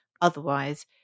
otherwise